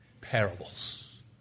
parables